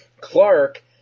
Clark